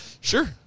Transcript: Sure